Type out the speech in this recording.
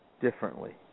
differently